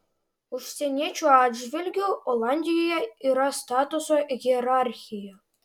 užsieniečių atžvilgiu olandijoje yra statuso hierarchija